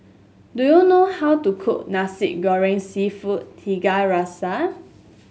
do you know how to cook Nasi Goreng seafood Tiga Rasa